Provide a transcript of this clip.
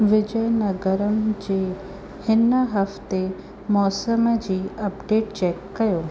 विजयनगरम जे हिन हफ़्ते मौसम जी अपडेट चेक कयो